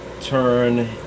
turn